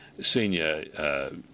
senior